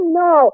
no